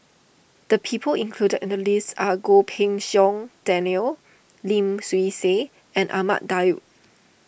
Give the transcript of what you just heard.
the people included in the list are Goh Pei Siong Daniel Lim Swee Say and Ahmad Daud